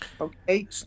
Okay